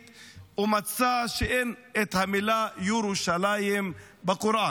ומצא שאין את המילה ירושלים בקוראן.